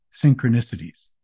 synchronicities